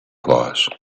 clause